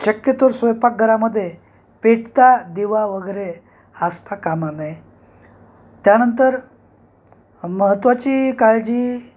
शक्यतोवर स्वयंपाकघरामध्ये पेटता दिवा वगैरे असता कामा नये त्यानंतर महत्त्वाची काळजी